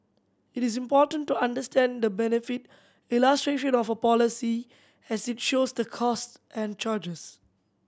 it is important to understand the benefit illustration of a policy as it shows the costs and charges